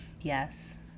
Yes